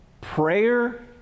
prayer